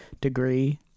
degree